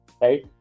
right